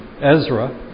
Ezra